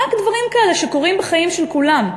רק דברים כאלה שקורים בחיים של כולם,